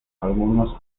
algunos